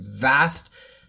vast